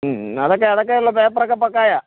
മ്മ് അതൊക്കെ അതൊക്കെ ഒള്ള പേപ്പർ ഒക്കെ പക്കായാ